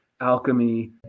alchemy